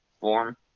form